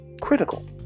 critical